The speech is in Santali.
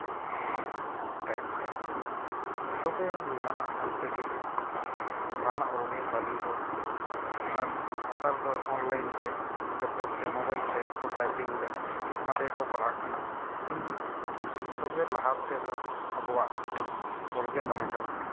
ᱴᱟᱭᱤᱯ ᱫᱟ ᱛᱚᱵᱮ ᱞᱟᱦᱟᱱᱟᱜ ᱚᱞ ᱛᱮᱜᱮ ᱞᱟᱦᱟᱱᱟᱜ ᱚᱞᱜᱮ ᱵᱷᱟᱹᱞᱤ ᱫᱚ ᱟᱨ ᱱᱮᱛᱟᱨ ᱫᱚ ᱚᱱᱞᱟᱭᱤᱱ ᱛᱮ ᱞᱮᱯᱴᱚᱯ ᱛᱮ ᱢᱳᱵᱟᱭᱤᱞ ᱛᱮᱠᱚ ᱴᱟᱭᱯᱤᱝ ᱫᱟ ᱚᱱᱟ ᱛᱮᱜᱮ ᱠᱚ ᱯᱟᱲᱦᱟᱜ ᱠᱟᱱᱟ ᱠᱤᱱ ᱛᱚᱵᱮ ᱞᱟᱦᱟ ᱛᱮᱫᱚ ᱟᱵᱚᱣᱟᱜ ᱚᱞ ᱜᱮ ᱛᱟᱦᱮᱠᱟᱱᱟ